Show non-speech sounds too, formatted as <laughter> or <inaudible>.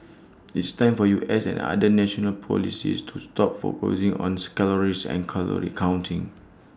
it's time for U S and other national policies to stop focusing on <unintelligible> calories and calorie counting